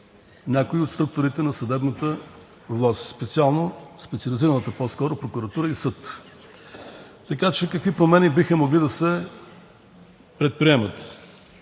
някои от структурите на съдебната власт, по-скоро специално специализираната прокуратура и съд. Какви промени биха могли да се предприемат?